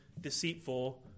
deceitful